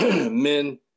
Men